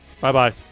Bye-bye